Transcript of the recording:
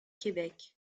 québec